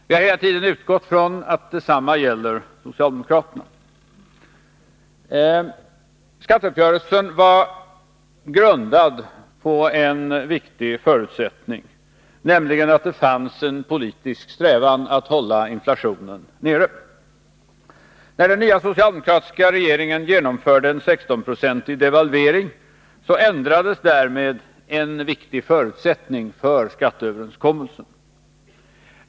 Vi har hela tiden utgått ifrån att detsamma gäller socialdemokraterna. Skatteuppgörelsen var grundad på en viktig förutsättning, nämligen att det fanns en politisk strävan att hålla inflationen nere. När den nya socialdemokratiska regeringen genomförde en 16-procentig devalvering ändrades därmed en viktig förutsättning för skatteöverenskommelsen.